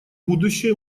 будущее